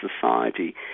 society